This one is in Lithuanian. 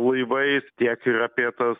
laivais tiek ir apie tas